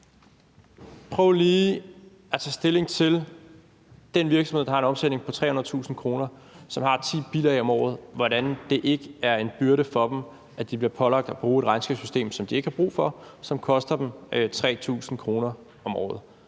Prøv lige at tage stilling til, hvordan det for den virksomhed, som har en omsætning på 300.000 kr., og som har ti bilag om året, ikke er en byrde, at den bliver pålagt at skulle bruge et regnskabssystem, som den ikke har brug for, og som koster den 3.000 kr. om året.